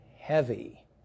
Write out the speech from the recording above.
heavy